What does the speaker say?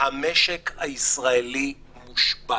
המשק הישראלי מושבת.